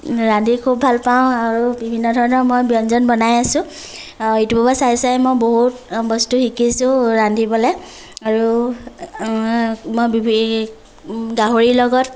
ৰান্ধি খুব ভালপাওঁ আৰু বিভিন্ন ধৰণৰ মই ব্যঞ্জন বনাই আছোঁ ইউটিউবৰ পৰা চাই চাই মই বহুত বস্তু শিকিছোঁ ৰান্ধিবলৈ আৰু মই গাহৰিৰ লগত